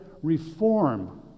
reform